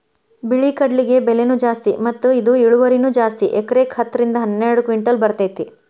ಬಿಳಿ ಕಡ್ಲಿಗೆ ಬೆಲೆನೂ ಜಾಸ್ತಿ ಮತ್ತ ಇದ ಇಳುವರಿನೂ ಜಾಸ್ತಿ ಎಕರೆಕ ಹತ್ತ ರಿಂದ ಹನ್ನೆರಡು ಕಿಂಟಲ್ ಬರ್ತೈತಿ